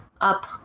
up